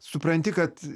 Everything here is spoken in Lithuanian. supranti kad